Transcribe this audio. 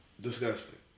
disgusting